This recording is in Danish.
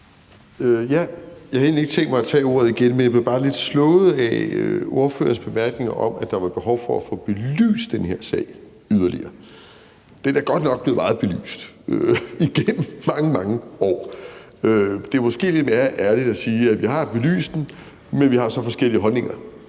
Jeg havde egentlig ikke tænkt mig at tage ordet igen, men jeg blev bare lidt slået af ordførerens bemærkninger om, at der var behov for at få belyst den her sag yderligere. Den er godt nok blevet meget belyst igennem mange, mange år. Det er måske lidt mere ærligt at sige, at vi har belyst den, men at vi har så forskellige holdninger